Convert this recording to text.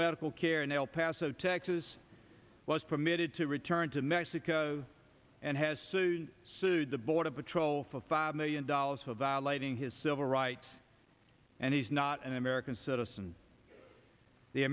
medical care in el paso texas was permitted to return to mexico and has soon sued the border patrol for five million dollars for violating his civil rights and he's not an american citizen the